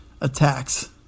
attacks